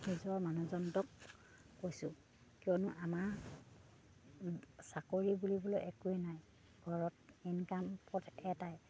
নিজৰ মানুহজনক কৈছোঁ কিয়নো আমাৰ চাকৰি বুলিবলৈ একোৱেই নাই ঘৰত ইনকাম পথ এটাই